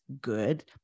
good